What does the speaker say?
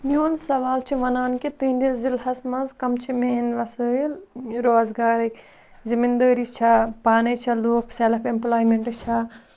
میون سوال چھُ وَنان کہِ تٕہٕنٛدِس ضِلعس منٛز کَم چھِ مین وسٲیل روزگارٕکۍ زٔمیٖندٲری چھےٚ پانَے چھےٚ لوٗکھ سٮ۪لٕف اٮ۪مپٕلایمٮ۪نٛٹ چھےٚ